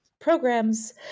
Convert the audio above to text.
programs